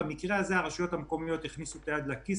במקרה הזה הרשויות המקומיות הכניסו את היד לכיס